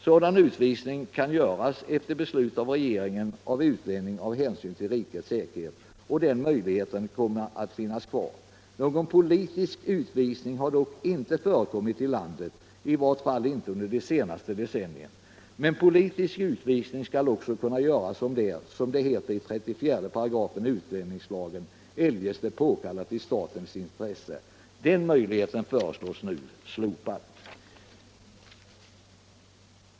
Sådan utvisning av utlänning kan efter beslut av regeringen göras av hänsyn till rikets säkerhet, och den möjligheten kommer att finnas kvar. Någon politisk utvisning har dock inte förekommit i landet, i vart fall inte under de senaste decennierna. Men politisk utvisning skall också kunna göras om det, som det heter i 34 § utlänningslagen, ”eljest är påkallat i statens intresse”. Den möjligheten föreslås nu slopad.